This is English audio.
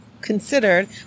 Considered